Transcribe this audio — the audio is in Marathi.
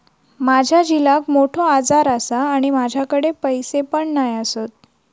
माझ्या झिलाक मोठो आजार आसा आणि माझ्याकडे पैसे पण नाय आसत